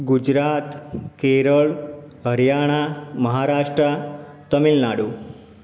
Gujarat Kerala Haryana Maharashtra Tamil Nadu